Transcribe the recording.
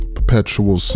Perpetual